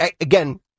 Again